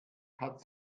hat